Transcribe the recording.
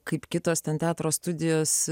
kaip kitos ten teatro studijos